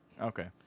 Okay